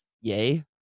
yay